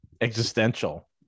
existential